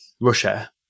Russia